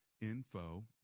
Info